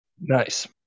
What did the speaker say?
Nice